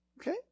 okay